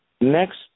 Next